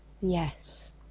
Yes